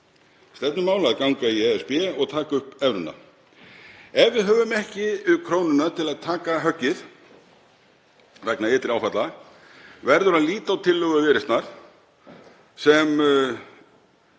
sitt; að ganga í ESB og taka upp evruna. Ef við höfum ekki krónuna til að taka höggið vegna ytri áfalla verður að líta á tillögu Viðreisnar sem